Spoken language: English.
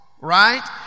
right